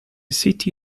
city